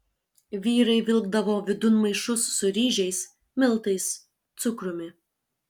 vyrai vilkdavo vidun maišus su ryžiais miltais cukrumi